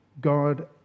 God